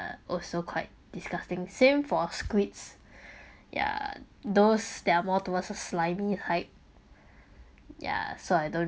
also quite disgusting same for squids yeah those that are more towards slimy type yeah so I don't